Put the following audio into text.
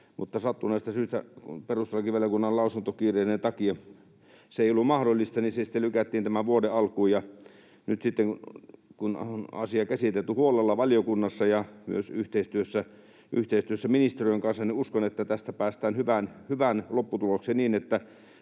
mutta kun sattuneesta syytä perustuslakivaliokunnan lausuntokiireiden takia se ei ollut mahdollista, niin se sitten lykättiin tämän vuoden alkuun, ja nyt sitten, kun on asia käsitelty huolella valiokunnassa ja myös yhteistyössä ministeriön kanssa, uskon, että tässä päästään hyvään lopputulokseen niin,